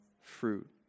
fruit